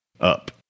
up